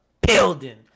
building